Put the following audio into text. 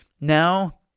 Now